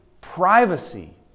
privacy